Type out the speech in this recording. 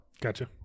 gotcha